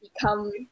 become